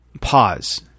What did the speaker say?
pause